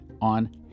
on